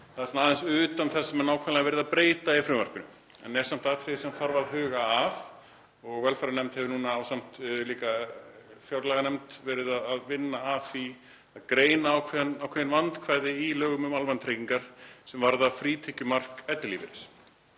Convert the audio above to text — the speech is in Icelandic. var aðeins utan þess sem nákvæmlega er verið að breyta í frumvarpinu, en er samt atriði sem þarf að huga að. Velferðarnefnd hefur núna, ásamt fjárlaganefnd, verið að vinna að því að greina ákveðin vandkvæði í lögum um almannatryggingar sem varða frítekjumark ellilífeyris.